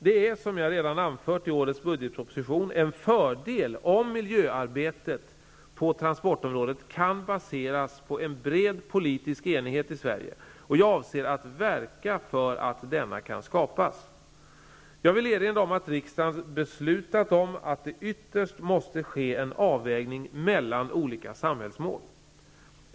Det är -- som jag redan anfört i årets budgetproposition -- en fördel om miljöarbetet på transportområdet kan baseras på en bred politisk enighet i Sverige och jag avser att verka för att denna kan skapas. Jag vill erinra om att riksdagen beslutat om att det ytterst måste ske en avvägning mellan olika samhällsmål.